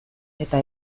eta